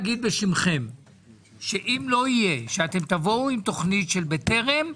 בשמכם שאם לא יהיה שתבואו עם תוכנית של בטרם,